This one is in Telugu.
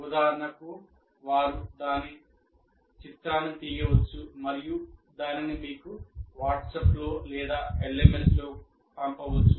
ఉదాహరణకు వారు దాని చిత్రాన్ని తీయవచ్చు మరియు దానిని మీకు వాట్సాప్లో లేదా LMS లోకి పంపవచ్చు